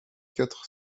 quatre